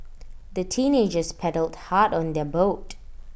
the teenagers paddled hard on their boat